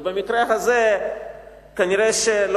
ובמקרה הזה כנראה לא